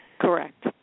Correct